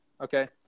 okay